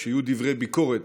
כשיהיו דברי ביקורת,